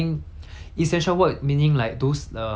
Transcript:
contracts cannot lapse and stuff like that